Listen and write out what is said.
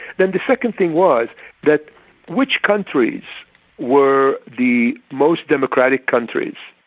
then the second thing was that which countries were the most democratic countries?